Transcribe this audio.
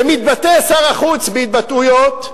מתבטא שר החוץ בהתבטאויות,